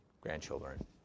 grandchildren